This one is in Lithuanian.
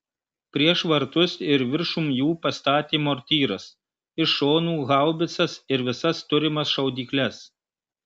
prieš vartus ir viršum jų pastatė mortyras iš šonų haubicas ir visas turimas šaudykles